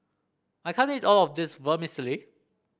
I can't eat all of this Vermicelli